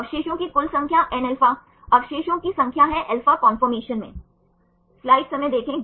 तो श्रृंखला की दिशा के आधार पर बीटा किस्में के 2 प्रकार हैं